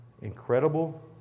incredible